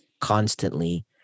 constantly